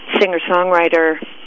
singer-songwriter